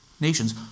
nations